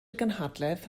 gynhadledd